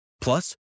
Plus